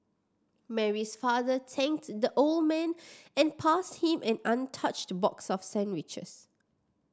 Mary's father thanked the old man and passed him an untouched box of sandwiches